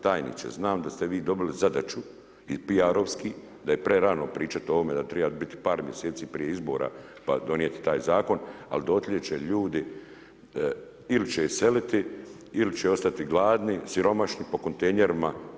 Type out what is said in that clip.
Tajniče znam da ste vi dobili zadaću i PR-ovski da je prerano pričati o tome da treba biti par mjeseci prije izbora pa donijeti taj zakon, ali dotle će ljudi ili će iseliti ili će ostati gladni, siromašni po kontejnerima.